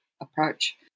approach